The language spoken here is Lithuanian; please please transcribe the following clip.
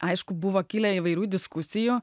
aišku buvo kilę įvairių diskusijų